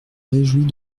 réjouis